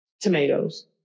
Tomatoes